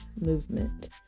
movement